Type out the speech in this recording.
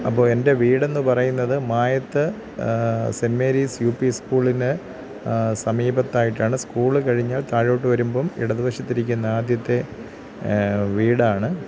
അപ്പോൾ എൻ്റെ വീട് എന്ന് പറയുന്നത് മായത്ത് സെൻ മേരീസ് യു പി സ്കൂളിന് സമീപത്തായിട്ടാണ് സ്കൂള് കഴിഞ്ഞാൽ താഴോട്ട് വരുമ്പം ഇടത് വശത്തിരിക്കുന്ന ആദ്യത്തെ വീടാണ്